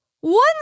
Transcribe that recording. one